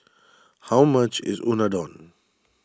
how much is Unadon